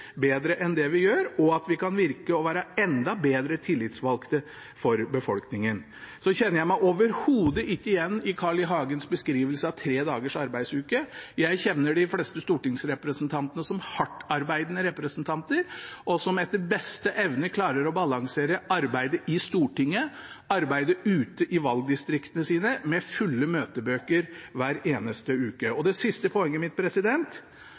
bedre enn vi gjør, og at vi kan virke som enda bedre tillitsvalgte for befolkningen. Så kjenner jeg meg overhodet ikke igjen i Carl I. Hagens beskrivelse av tre dagers arbeidsuke. Jeg kjenner de fleste stortingsrepresentantene som hardtarbeidende representanter, og som etter beste evne klarer å balansere arbeidet i Stortinget med arbeidet ute i valgdistriktene sine med fulle møtebøker hver eneste uke. Og det siste poenget mitt: